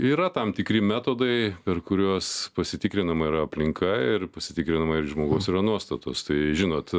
yra tam tikri metodai per kuriuos pasitikrinama yra aplinka ir pasitikrinama ir žmogaus yra nuostatos tai žinot